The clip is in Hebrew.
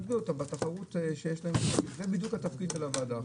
זה בדיוק התפקיד של הוועדה.